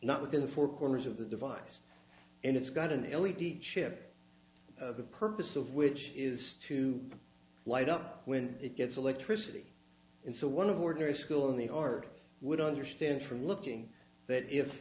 not within the four corners of the device and it's got an elite the chip the purpose of which is to light up when it gets electricity in so one of ordinary skill in the art would understand from looking that if